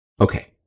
Okay